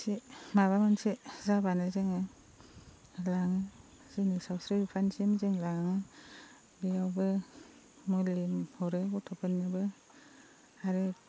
एसे माबा मोनसे जाब्लानो जोङो लाङो जोंनि सावस्रि बिफानसिम जों लाङो बेयावबो मुलि हरो गथ'फोरनोबो आरो